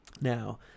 Now